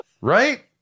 right